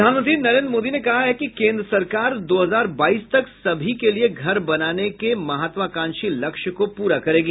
प्रधानमंत्री नरेन्द्र मोदी ने कहा है कि केन्द्र सरकार दो हजार बाईस तक सभी के लिए घर बनाने के महत्वाकांक्षी लक्ष्य को पूरा करेगी